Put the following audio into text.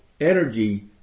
energy